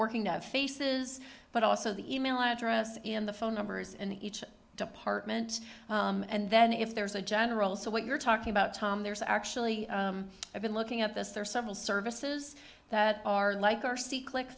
working out faces but also the email address in the phone numbers and each department and then if there's a general so what you're talking about tom there's actually i've been looking at this there are several services that are like r c click